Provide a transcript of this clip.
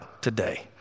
today